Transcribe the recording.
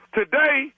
today